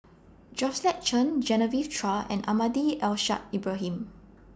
Georgette Chen Genevieve Chua and Almahdi Al Ibrahim